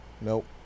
Nope